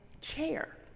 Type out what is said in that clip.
chair